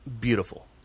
beautiful